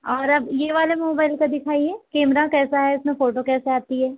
और अब ये वाला मोबाइल का दिखाइए कैमरा कैसा है इसमें फोटो कैसी आती है